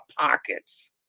pockets